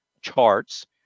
charts